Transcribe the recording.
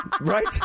right